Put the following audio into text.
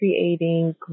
creating